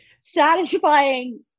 satisfying